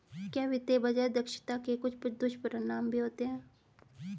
क्या वित्तीय बाजार दक्षता के कुछ दुष्परिणाम भी होते हैं?